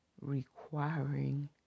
requiring